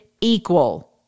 equal